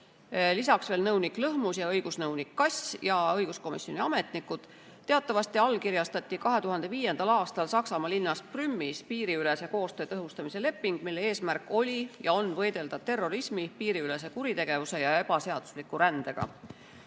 lisaks veel nõunik Lõhmus ja õigusnõunik Kass ning õiguskomisjoni ametnikud. Teatavasti allkirjastati 2005. aastal Saksamaa linnas Prümis piiriülese koostöö tõhustamise leping, mille eesmärk oli ja on võidelda terrorismi, piiriülese kuritegevuse ja ebaseadusliku rändega.